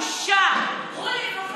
בושה.